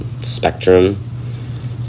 spectrum